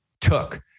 took